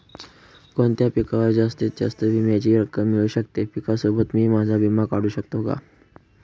कोणत्या पिकावर जास्तीत जास्त विम्याची रक्कम मिळू शकते? पिकासोबत मी माझा विमा काढू शकतो का?